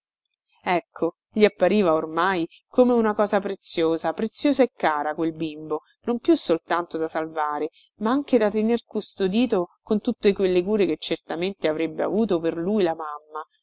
ecco gli appariva ormai come una cosa preziosa preziosa e cara quel bimbo non più soltanto da salvare ma anche da tener custodito con tutte quelle cure che certamente avrebbe avuto per lui la mamma